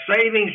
savings